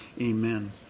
amen